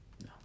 No